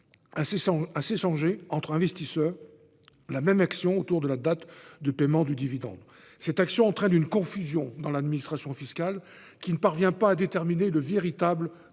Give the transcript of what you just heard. à s'échanger, entre investisseurs, la même action autour de la date de paiement du dividende. Cette action entraîne une confusion dans l'administration fiscale qui ne parvient pas à déterminer le véritable